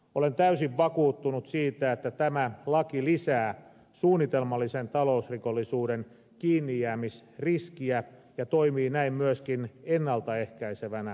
olen täysin vakuuttunut siitä että tämä laki lisää suunnitelmallisen talousrikollisuuden kiinnijäämisriskiä ja toimii näin myöskin ennalta ehkäisevänä elementtinä